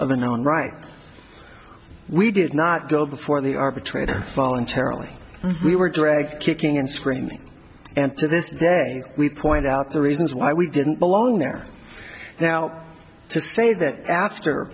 of a known right we did not go before the arbitrator voluntarily we were dragged kicking and screaming and to this day we point out the reasons why we didn't belong there now to say that after